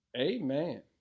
amen